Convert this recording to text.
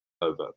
over